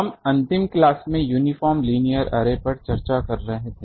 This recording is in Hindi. हम अंतिम क्लास में यूनिफार्म लीनियर अर्रे पर चर्चा कर रहे थे